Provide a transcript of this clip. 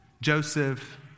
Joseph